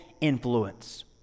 influence